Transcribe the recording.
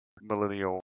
millennial